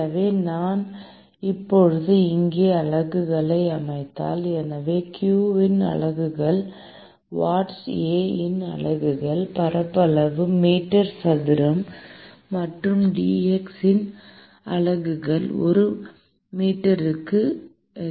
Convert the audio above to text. எனவே நான் இப்போது இங்கே அலகுகளை அமைத்தால் எனவே q இன் அலகுகள் வாட்ஸ் A இன் அலகுகள் பரப்பளவு மீட்டர் சதுரம் மற்றும் dx இன் அலகுகள் ஒரு மீட்டருக்கு கெல்வின் ஆகும்